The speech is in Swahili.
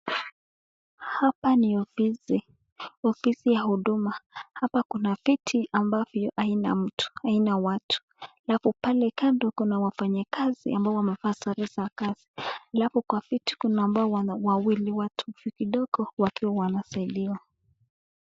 Hapa ni ofisi, ofisi ya huduma. Hapa Kuna viti ambavyo Haina mtu, Haina watu. Alafu pale kando Kuna wafanyekasi ambao wamevaa sare za kazi. Alafu kwa viti Kuna ambao wawili, watu hivi kidogo wakiwa wanasaidiwa.